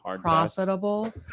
profitable